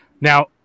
Now